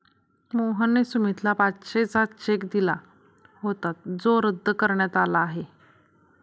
मोहनने सुमितला पाचशेचा चेक दिला होता जो रद्द करण्यात आला आहे